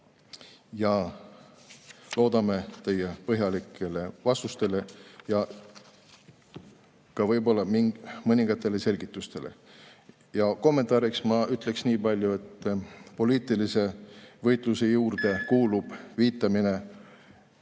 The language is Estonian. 14. Loodame teie põhjalikele vastustele, ka võib-olla mõningatele selgitustele. Kommentaariks ma ütleksin nii palju, et poliitilise võitluse juurde kuulub viitamine